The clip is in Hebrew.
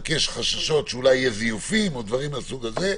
רק שיש חששות שאולי יהיו זיופים או דברים מהסוג הזה,